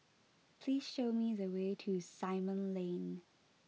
please show me the way to Simon Lane